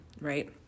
right